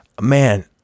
Man